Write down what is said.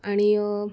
आणि